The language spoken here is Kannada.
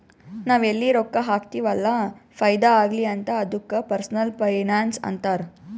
ನಾವ್ ಎಲ್ಲಿ ರೊಕ್ಕಾ ಹಾಕ್ತಿವ್ ಅಲ್ಲ ಫೈದಾ ಆಗ್ಲಿ ಅಂತ್ ಅದ್ದುಕ ಪರ್ಸನಲ್ ಫೈನಾನ್ಸ್ ಅಂತಾರ್